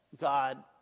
God